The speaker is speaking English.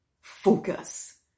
Focus